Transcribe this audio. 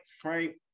frank